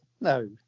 No